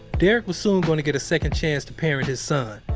derrick was soon going to get a second chance to parent his son,